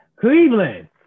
Cleveland